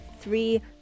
three